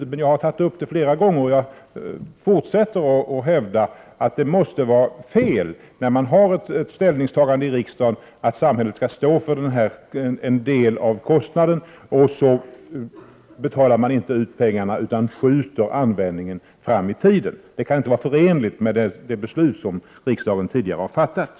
Jag har emellertid tagit upp det flera gånger, och jag fortsätter att hävda att det måste vara fel, när riksdagen fattat beslut om att samhället skall stå för en del av kostnaden, att inte betala ut pengarna utan skjuta användningen framåt i tiden. Det kan inte vara förenligt med det beslut som riksdagen tidigare har fattat.